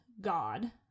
God